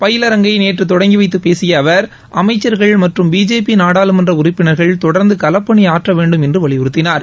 பயிலரங்கை நேற்று தொடங்கி வைத்து பேசிய அவர் அமைச்சர்கள் மற்றும் பிஜேபி நாடாளுமன்ற உறுப்பினர்கள் தொடர்ந்து களப்பணியாற்ற வேண்டும் என்று வலியுறுத்தினார்